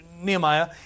Nehemiah